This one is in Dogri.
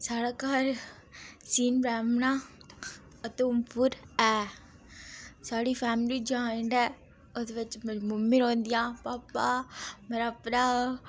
साढ़ा घर सीन ब्राह्मणा उधमपुर ऐ साढ़ी फैमिली जोइनेड ऐ ओह्दे बिच मेरी मम्मी रौंह्दी आं पापा मेरा भ्राऽ